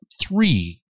three